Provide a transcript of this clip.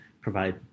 provide